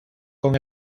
con